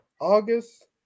August